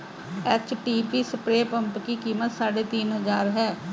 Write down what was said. HTP spray pump की कीमत साढ़े तीन हजार है